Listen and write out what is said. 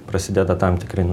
prasideda tam tikri